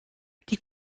die